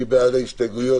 מי בעד ההסתייגויות?